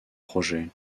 projets